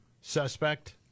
suspect